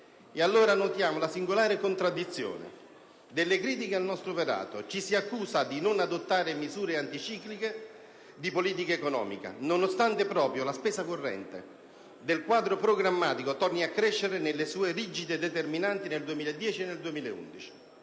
allora notiamo la singolare contraddizione delle critiche al nostro operato: ci si accusa di non adottare misure anticicliche di politica economica, nonostante proprio la spesa corrente del quadro programmatico torni a crescere nelle sue rigide determinanti nel 2010 e nel 2011.